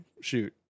shoot